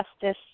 Justice